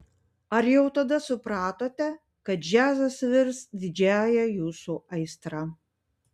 ar jau tada supratote kad džiazas virs didžiąja jūsų aistra